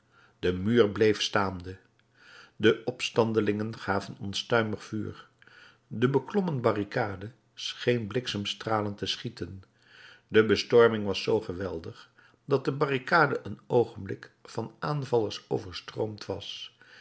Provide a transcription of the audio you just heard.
de muur bleef staande de opstandelingen gaven onstuimig vuur de beklommen barricade scheen bliksemstralen te schieten de bestorming was zoo geweldig dat de barricade een oogenblik van aanvallers overstroomd was